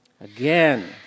Again